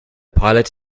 pilot